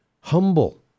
humble